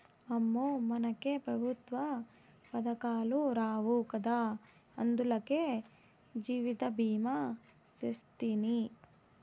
అమ్మో, మనకే పెఋత్వ పదకాలు రావు గదా, అందులకే జీవితభీమా సేస్తిని